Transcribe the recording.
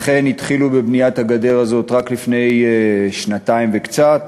לכן התחילו בבניית הגדר הזאת רק לפני שנתיים וקצת,